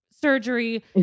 Surgery